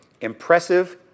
impressive